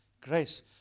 Grace